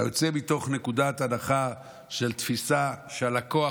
אתה יוצא מתוך נקודת הנחה ותפיסה שהלקוח